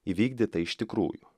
įvykdytą iš tikrųjų